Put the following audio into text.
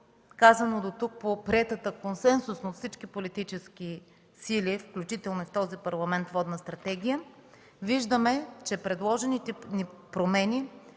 казано дотук по приетата консенсусно от всички политически сили, включително и от този Парламент „Водна стратегия” виждаме, че предложените ни промени